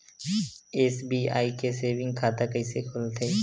SBI के saving खाता कइसे खोलथे?